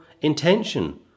intention